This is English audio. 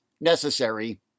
necessary